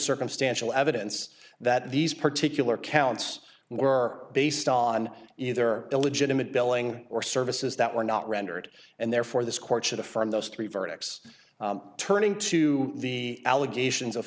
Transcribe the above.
circumstantial evidence that the these particular counts were based on either illegitimate billing or services that were not rendered and therefore this court should affirm those three verdicts turning to the allegations of